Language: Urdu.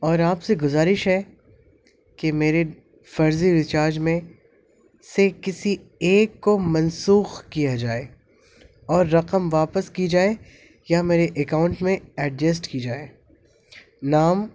اور آپ سے گزارش ہے کہ میرے فرضی ریچارج میں سے کسی ایک کو منسوخ کیا جائے اور رقم واپس کی جائے یا میرے اکاؤنٹ میں ایڈجسٹ کی جائے نام